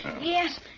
Yes